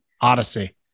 Odyssey